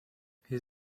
his